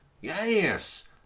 Yes